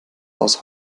aus